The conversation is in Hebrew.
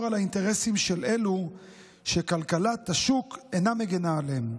על האינטרסים של אלו שכלכלת השוק אינה מגינה עליהם.